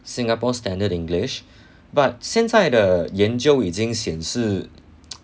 singapore standard english but 现在的研究已经显示